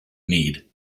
need